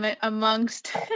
amongst